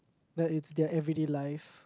that is their everyday life